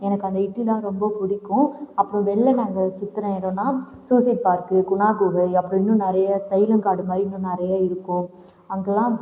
எனக்கு அந்த இட்லி தான் ரொம்ப பிடிக்கும் அப்புறம் வெளியில் நாங்கள் சுற்றுன இடம்னா சூசைட் பார்க்கு குணா குகை அப்புறம் இன்னும் நிறைய தைலம் காடு மாதிரி இன்னும் நிறைய இருக்கும் அங்கேலாம்